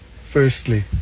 firstly